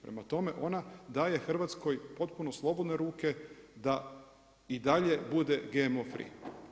Prema tome, ona daje Hrvatskoj potpuno slobodne ruke da i dalje bude GMO free.